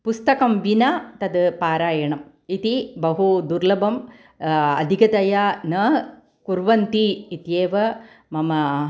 पुस्तकं विना तद् पारायणम् इति बहु दुर्लभम् अधिकतया न कुर्वन्ति इत्येव मम